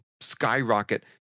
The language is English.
skyrocket